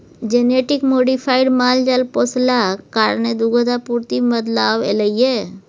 genetic modified माल जाल पोसलाक कारणेँ दुधक आपुर्ति मे बदलाव एलय यै